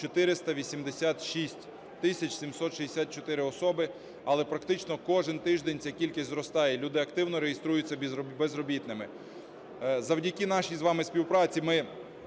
764 особи. Але практично кожен тиждень ця кількість зростає і люди активно реєструються безробітними. Завдяки нашій з вами співпраці ми